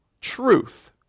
truth